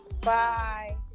Bye